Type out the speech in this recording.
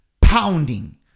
pounding